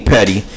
Petty